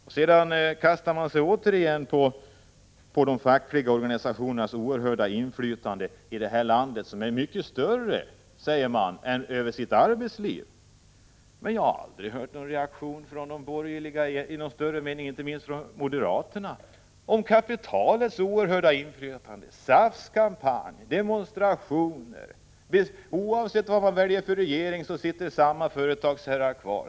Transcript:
Moderaterna kastar sig sedan återigen över de fackliga organisationernas som de menar oerhörda inflytande, vilket omfattar mycket mer än förhållanden i arbetslivet. Jag har dock aldrig märkt någon större reaktion från de borgerliga, och speciellt inte från moderaterna, mot kapitalets oerhörda inflytande eller mot SAF:s kampanjer och demonstrationer. Oavsett vilken regering som väljs sitter samma företagsherrar kvar.